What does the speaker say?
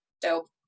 Dope